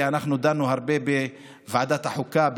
דנו הרבה בוועדת החוקה,